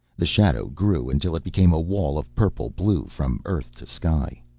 the shadow grew until it became a wall of purple-blue from earth to sky.